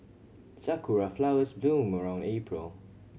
sakura flowers bloom around April